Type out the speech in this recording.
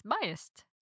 biased